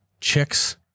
chicks